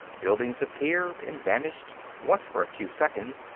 buildings appeared and vanished. once, for a few seconds,